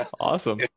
awesome